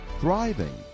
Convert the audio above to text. Thriving